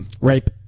Rape